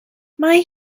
mae